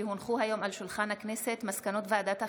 כי הונחו היום על שולחן הכנסת מסקנות ועדת החינוך,